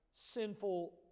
sinful